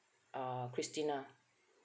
uh christina